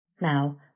Now